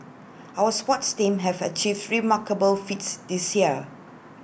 our sports teams have achieved remarkable feats this year